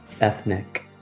ethnic